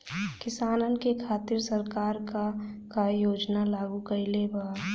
किसानन के खातिर सरकार का का योजना लागू कईले बा?